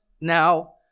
now